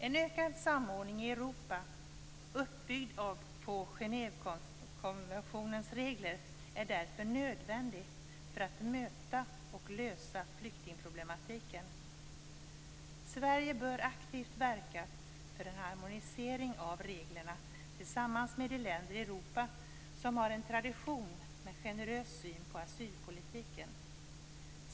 En ökad samordning i Europa, uppbyggd på Genèvekonventionens regler, är därför nödvändig för att möta och lösa flyktingproblematiken. Sverige bör aktivt verka för en harmonisering av reglerna tillsammans med de länder i Europa som har en tradition med generös syn på asylpolitiken.